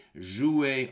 jouer